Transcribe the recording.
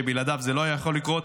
שבלעדיו זה לא היה יכול לקרות.